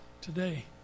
today